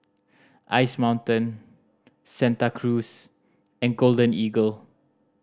Ice Mountain Santa Cruz and Golden Eagle